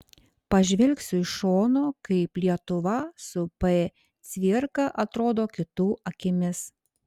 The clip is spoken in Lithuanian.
pažvelgsiu iš šono kaip lietuva su p cvirka atrodo kitų akimis